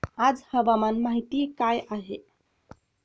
आज हवामान माहिती काय आहे?